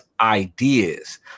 ideas